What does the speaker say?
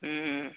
ହୁଁ ହୁଁ